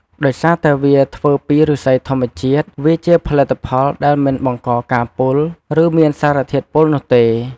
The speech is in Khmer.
ដោយសារតែវាធ្វើពីឫស្សីធម្មជាតិ វាជាផលិតផលដែលមិនបង្កការបំពុល ឬមានសារធាតុពុលនោះទេ។